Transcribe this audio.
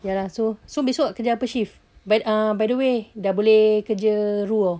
ya lah so so kerja apa shift but ah by the way dah boleh kerja roo [tau]